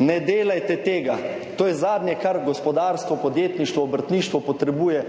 ne delajte tega, to je zadnje, kar gospodarstvo, podjetništvo, obrtništvo potrebuje